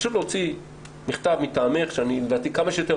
פשוט להוציא מכתב מטעמך עם כמה שיותר